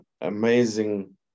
amazing